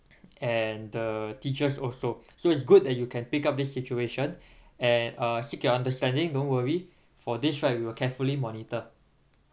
and the teachers also so it's good that you can pick up this situation and uh seek your understanding don't worry for this right we will carefully monitor